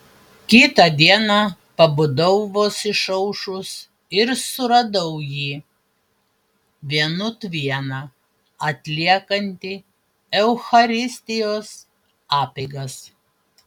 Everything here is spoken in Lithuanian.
kitą dieną pabudau vos išaušus ir suradau jį vienut vieną atliekantį eucharistijos apeigas